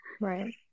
Right